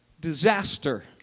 Disaster